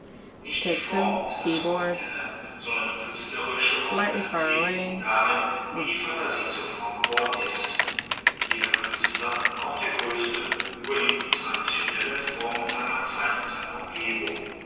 nicht die form ist das originelle sondern die künstlerische originalität beruht darin wie die phantasie zur form geworden ist jeder künstler auch der größte übernimmt die traditionellen formen seiner zeit und seiner umgebung